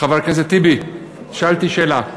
חבר הכנסת טיבי, שאלתי שאלה.